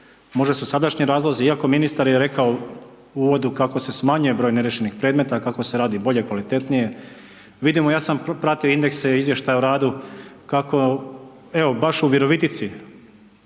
možda su sadašnji razlozi iako ministar je rekao u uvodu kako se smanjuje broj ne riješenih predmeta, kako se radi bolje, kvalitetnije, vidimo ja sam pratio indekse izvještaja o radu kako evo baš u Virovitici.